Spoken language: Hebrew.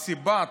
סיב"ט,